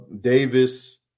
davis